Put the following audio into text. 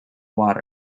water